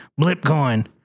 Blipcoin